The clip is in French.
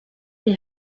des